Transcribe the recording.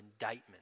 indictment